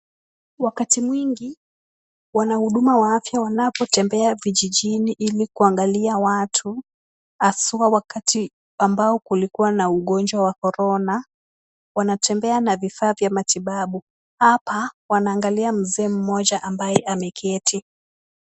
Wakati mwingi wanahuduma wa afya wanapotembea vijijini ilikuangalia watu haswa wakati kulikuwa na ugonjwa wa corona. Wanatembea na vifaa vya matibabu. Hapa wanaangalia mzee mmoja ambaye ameketi.